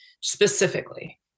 specifically